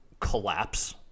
collapse